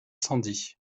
sandy